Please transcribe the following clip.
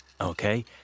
Okay